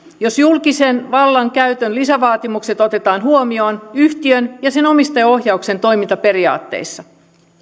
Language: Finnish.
jos julkisen vallan käytön lisävaatimukset otetaan huomioon yhtiön ja sen omistajaohjauksen toimintaperiaatteissa